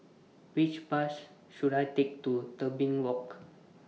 Which Bus should I Take to Tebing Walk